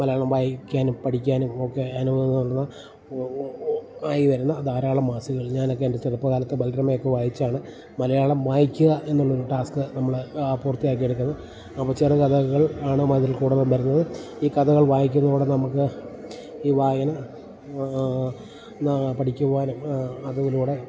മലയാളം വായിക്കാനും പഠിക്കാനും ഒക്കെ അനുഭവം തന്ന ആയി വരുന്ന ധാരാളം മാസികകൾ ഞാനൊക്കെ എൻ്റെ ചെറുപ്പ കാലത്ത് ബാലരമയൊക്കെ വായിച്ചാണ് മലയാളം വായിക്കുക എന്നുള്ളൊരു ടാസ്ക് നമ്മള് പൂർത്തിയാക്കി എടുക്കുന്നത് അപ്പം ചെറു കഥകൾ ആണ് അതിൽ കൂടുതൽ വരുന്നത് ഈ കഥകൾ വായിക്കുന്നതിലൂടെ നമുക്ക് ഈ വായന പഠിക്കുവാനും അതിലൂടെ